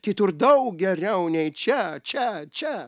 kitur daug geriau nei čia čia čia